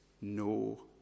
no